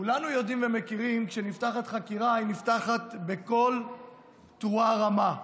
כולנו יודעים ומכירים: כשנפתחת חקירה היא נפתחת בקול תרועה רמה.